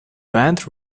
band